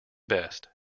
best